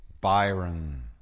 Byron